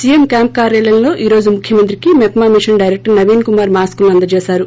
CM camp కార్యాలయంలో ఈ రోజు ముఖ్యమంత్రికి మెప్మి మిషన్ డైరెక్లర్ నవీన్ కుమార్ మాస్కులను అందచేశారు